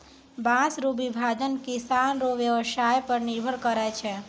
बाँस रो विभाजन किसान रो व्यवसाय पर निर्भर करै छै